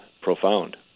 profound